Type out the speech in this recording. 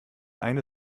eine